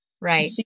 right